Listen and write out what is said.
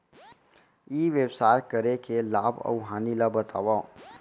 ई व्यवसाय करे के लाभ अऊ हानि ला बतावव?